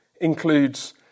includes